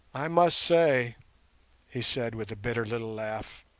i must say he said, with a bitter little laugh,